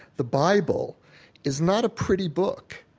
the bible is not a pretty book.